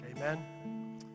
Amen